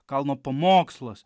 kalno pamokslas